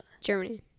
Germany